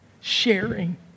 Sharing